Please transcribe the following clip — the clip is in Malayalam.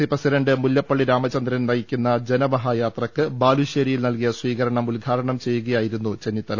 C president Mullappally Ramachandran നയിക്കുന്ന ജനമഹായാത്രക്ക് ബാലുശേരിയിൽ നൽകിയ സ്വീകരണം ഉദ്ഘാടനം ചെയ്യുകയായിരുന്നു ചെന്നിത്തല